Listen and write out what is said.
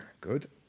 Good